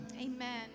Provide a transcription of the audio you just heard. amen